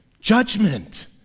judgment